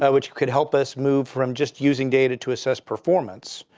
ah which could help us move from just using data to assess performance.